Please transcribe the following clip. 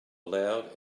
loud